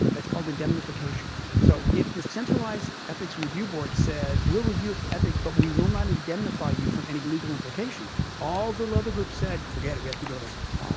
it's called indemnification. so if this centralised ethics review board says we'll review it for ethics but we will not indemnify you from any legal implications, all the other groups said, forget it, we have to do it ourselves.